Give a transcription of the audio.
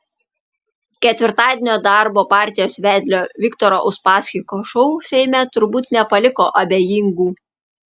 ketvirtadienio darbo partijos vedlio viktoro uspaskicho šou seime turbūt nepaliko abejingų